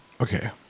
Okay